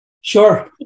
Sure